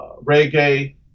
reggae